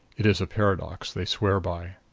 it is a paradox they swear by.